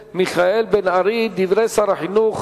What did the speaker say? הבא: דברי שר החינוך